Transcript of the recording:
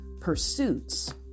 pursuits